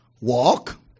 walk